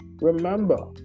Remember